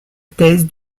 thèse